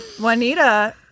Juanita